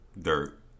Dirt